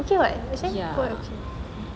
ya